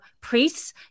priests